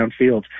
downfield